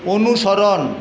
অনুসরণ